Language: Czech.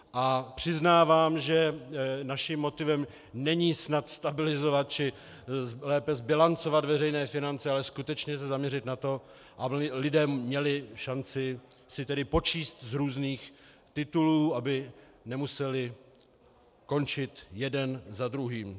A přiznávám, že naším motivem není snad stabilizovat či lépe zbilancovat veřejné finance, ale skutečně se zaměřit na to, aby lidé měli šanci si počíst z různých titulů, aby nemusely končit jeden za druhým.